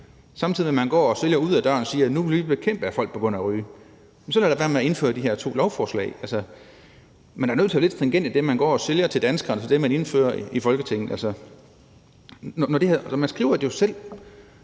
Samtidig med at man går og sælger ud ad døren, siger man: Nu vil vi bekæmpe, at folk begynder at ryge. Jamen så lad da være med at gennemføre de her to lovforslag. Man er nødt til at være lidt stringent i det, man går og sælger til danskerne, det, man indfører i Folketinget. Altså, man skriver det jo selv